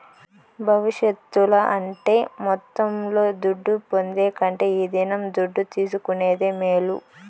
భవిష్యత్తుల అంటే మొత్తంలో దుడ్డు పొందే కంటే ఈ దినం దుడ్డు తీసుకునేదే మేలు